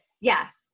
Yes